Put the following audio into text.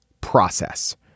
process